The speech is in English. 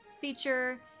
feature